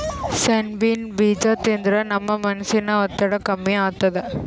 ಸೆಣಬಿನ್ ಬೀಜಾ ತಿಂದ್ರ ನಮ್ ಮನಸಿನ್ ಒತ್ತಡ್ ಕಮ್ಮಿ ಆತದ್